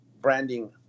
branding